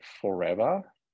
forever